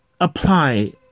apply